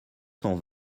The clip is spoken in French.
cent